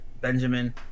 Benjamin